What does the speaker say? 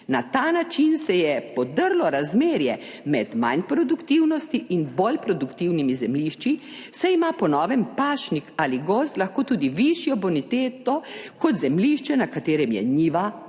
na ta način se je podrlo razmerje med manj produktivnosti in bolj produktivnimi zemljišči, saj ima po novem pašnik ali gozd lahko tudi višjo boniteto kot zemljišče, na katerem je njiva ali